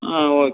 ஆ okay